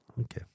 Okay